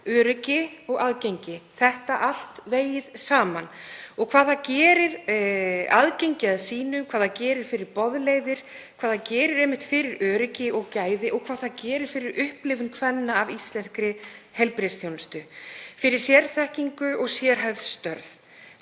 öryggi og aðgengi, þetta allt vegið saman. Og hvað það gerir fyrir aðgengi að sýnum, hvað það gerir fyrir boðleiðir, hvað það gerir einmitt fyrir öryggi og gæði og fyrir upplifun kvenna af íslenskri heilbrigðisþjónustu, fyrir sérþekkingu og sérhæfð störf.